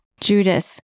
Judas